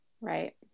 Right